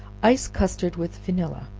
ice custard with vanilla.